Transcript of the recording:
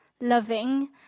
loving